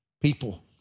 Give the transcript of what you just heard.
people